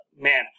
Man